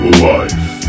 life